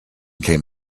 came